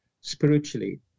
spiritually